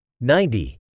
ninety